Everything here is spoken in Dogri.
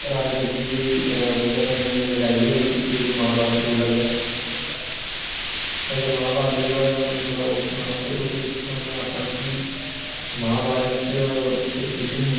राज गधध्दी लेई लड़ाई होई ही जिसी महाभारत बोलेआ गेआ ते महाभारत दे बारे च होर सनां ते में तोहानू आक्खां कि महाभारत च छड़े फिक्शन हे